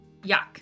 Yuck